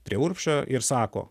prie urbšio ir sako